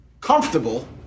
comfortable